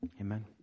Amen